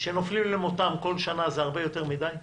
שנופלים למותם כל שנה זה הרבה יותר מדי.